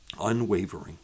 unwavering